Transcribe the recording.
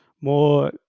more